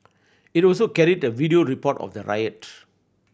it also carried a video report of the riot